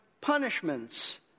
punishments